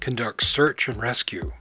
conduct search and rescue